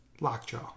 Lockjaw